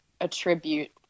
attribute